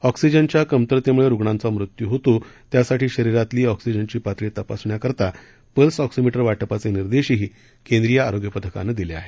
अॅक्सिजनच्या कमतरतेमुळे रुग्णांचा मृत्यू होतो त्यासाठी शरीरातली ऑक्सिजनची पातळी तपासण्याकरता पल्स ऑक्सीमिटर वाटपाचे निर्देशही या पथकानं दिले आहेत